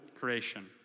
creation